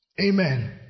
Amen